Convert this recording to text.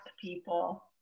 people